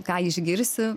ką išgirsiu